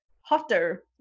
hotter